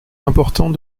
importants